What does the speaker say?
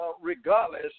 regardless